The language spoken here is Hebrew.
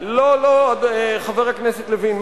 לא לא, חבר הכנסת לוין.